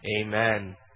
Amen